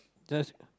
just